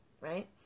Right